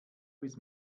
bis